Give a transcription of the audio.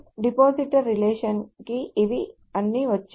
depositor relation కి ఇవన్నీ వచ్చాయి